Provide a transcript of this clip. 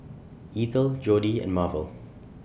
Eathel Jodi and Marvel